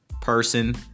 person